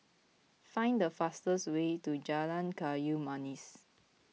find the fastest way to Jalan Kayu Manis